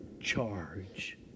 charge